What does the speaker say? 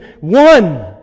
one